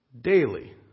daily